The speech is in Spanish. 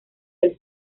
del